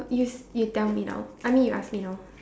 you you tell me now I mean you ask me now